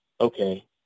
okay